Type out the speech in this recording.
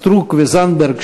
סטרוק וזנדברג,